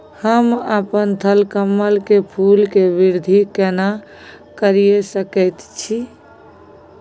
हम अपन थलकमल के फूल के वृद्धि केना करिये सकेत छी?